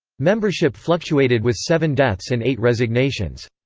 membership fluctuated with seven deaths and eight resignations.